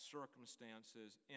circumstances